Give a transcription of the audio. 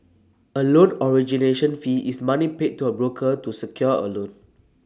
A loan origination fee is money paid to A broker to secure A loan